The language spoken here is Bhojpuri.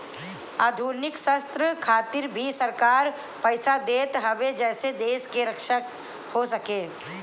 आधुनिक शस्त्र खातिर भी सरकार पईसा देत हवे जेसे देश के रक्षा हो सके